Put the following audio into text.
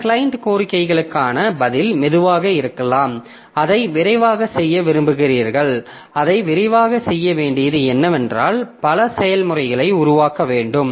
சில கிளையன்ட் கோரிக்கைகளுக்கான பதில் மெதுவாக இருக்கலாம் அதை விரைவாகச் செய்ய விரும்புகிறீர்கள் அதை விரைவாகச் செய்ய வேண்டியது என்னவென்றால் பல செயல்முறைகளை உருவாக்க வேண்டும்